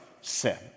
sin